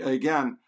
again